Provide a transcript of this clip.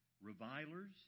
revilers